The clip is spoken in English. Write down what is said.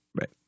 right